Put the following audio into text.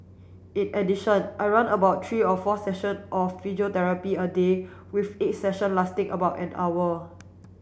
in addition I run about three or four session of physiotherapy a day with each session lasting about an hour